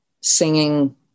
singing